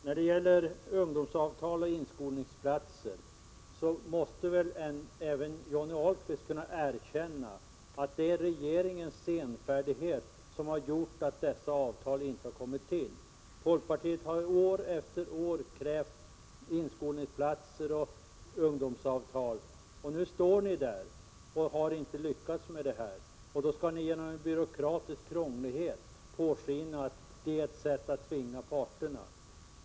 När det gäller ungdomsavtal och inskolningsplatser måste väl även Johnny Ahlqvist kunna erkänna att det är regeringens senfärdighet som har gjort att dessa inte har kommit till. Folkpartiet har ju år efter år krävt inskolningsplatser och ungdomsavtal, men nu står ni där utan att ha lyckats — och då skall ni genom byråkratisk krånglighet låta påskina att det är ett sätt att tvinga parterna.